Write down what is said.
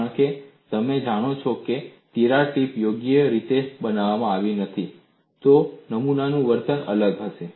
કારણ કે તમે જાણો છો કે જો તિરાડ ટીપ યોગ્ય રીતે બનાવવામાં આવી નથી તો નમૂનાનું વર્તન અલગ હશે